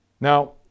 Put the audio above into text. Now